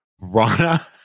rana